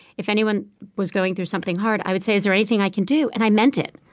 if anyone was going through something hard, i would say, is there anything i can do? and i meant it.